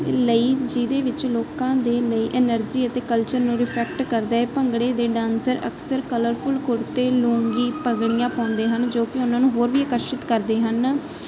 ਲਈ ਜਿਹਦੇ ਵਿੱਚ ਲੋਕਾਂ ਦੇ ਲਈ ਐਨਰਜੀ ਅਤੇ ਕਲਚਰ ਨੂੰ ਰਿਫਲੈਕਟ ਕਰਦਾ ਹੈ ਭੰਗੜੇ ਦੇ ਡਾਂਸਰ ਅਕਸਰ ਕਲਰਫੁੱਲ ਕੁੜਤੇ ਲੂੰਗੀ ਪਗੜੀਆਂ ਪਾਉਂਦੇ ਹਨ ਜੋ ਕਿ ਉਹਨਾਂ ਨੂੰ ਹੋਰ ਵੀ ਆਕਰਸ਼ਿਤ ਕਰਦੇ ਹਨ